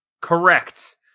Correct